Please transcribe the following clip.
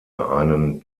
einen